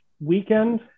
weekend